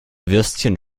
würstchen